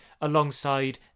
alongside